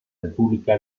república